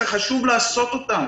חשוב לעשות אותם,